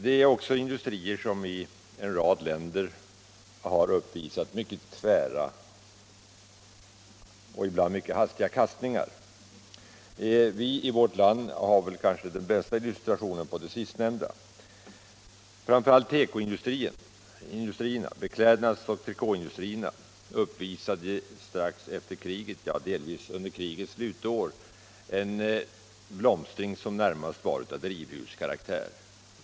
Det är också industrier som i en rad länder har uppvisat mycket tvära och ibland mycket hastiga kastningar. Vi i vårt land har kanske den bästa illustrationen till det sistnämnda. Framför allt tekoindustrierna, beklädnads och trikåindustrierna, uppvisade strax efter kriget — ja delvis under krigets slutår — en blomstring som närmast var av drivhuskaraktär.